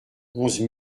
onze